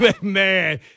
Man